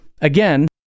again